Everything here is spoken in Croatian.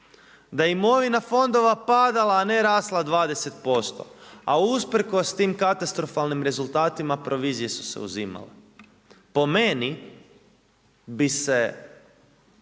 je imovina fondova padala a ne rasla 20%. A usprkos tim katastrofalnim rezultatima provizije su se uzimale. Po meni, bi se